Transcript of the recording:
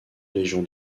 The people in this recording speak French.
légion